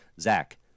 Zach